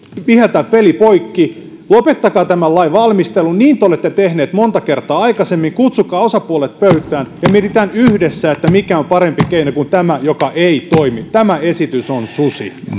viheltää peli poikki lopettakaa tämän lain valmistelu niin te olette tehneet monta kertaa aikaisemmin kutsukaa osapuolet pöytään ja mietitään yhdessä mikä on parempi keino kuin tämä joka ei toimi tämä esitys on susi